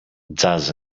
jazz